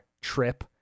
trip